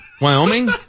Wyoming